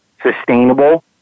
sustainable